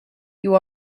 you